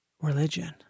religion